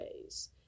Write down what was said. ways